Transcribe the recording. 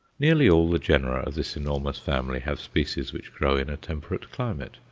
nearly all the genera of this enormous family have species which grow in a temperate climate,